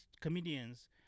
comedians